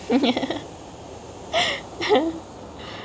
ya